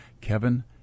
Kevin